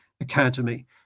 Academy